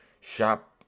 Shop